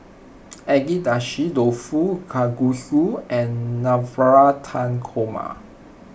Agedashi Dofu Kalguksu and Navratan Korma